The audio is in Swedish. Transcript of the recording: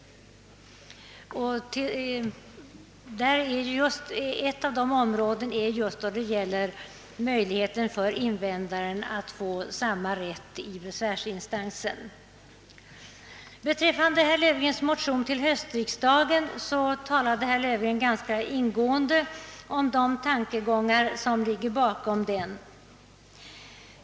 Detta gäller bl.a. möjligheten för invändare att få samma fullföljdsrätt till besvärsinstans som patentsökande. Herr Löfgren redogjorde vidare ganska ingående för de tankegångar som ligger bakom den motion herr Löfgren väckt till höstriksdagen.